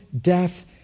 death